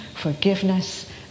forgiveness